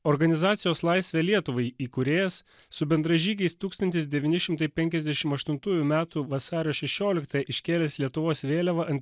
organizacijos laisvė lietuvai įkūrėjas su bendražygiais tūkstantis devyni šimtai penkiasdešim aštuntųjų metų vasario šešioliktąją iškėlęs lietuvos vėliavą ant